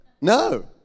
No